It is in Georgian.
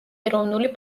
ეროვნული